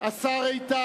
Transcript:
ההצבעה הראשונה